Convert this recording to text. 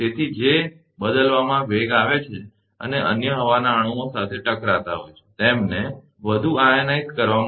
તેથી જે બદલામાં વેગમાં આવે છે અને અન્ય હવાના અણુઓ સાથે ટકરાતા હોય છે તેમને વધુ આયનાઇઝ કરવા માટે